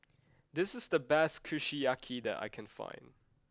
this is the best Kushiyaki that I can find